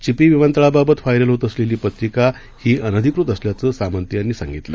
चिपी विमानतळाबाबत व्हायरल होत असलेली पत्रिका ही अनधिकृत असल्याचं सामंत यांनी यावेळी स्पष्ट केलं